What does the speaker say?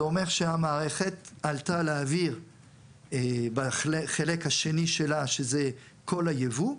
זה אומר שהמערכת עלתה לאוויר בחלק השני שלה שזה כל הייבוא,